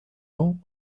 ans